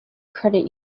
credit